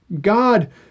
God